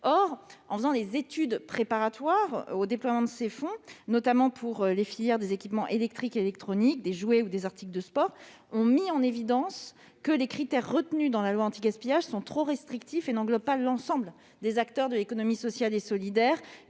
du travail. Or les études préparatoires menées en amont du déploiement de ces fonds, notamment pour les filières des équipements électriques et électroniques, des jouets et des articles de sport, ont montré que les critères retenus dans la loi anti-gaspillage, trop restrictifs, n'englobaient pas l'ensemble des acteurs de l'économie sociale et solidaire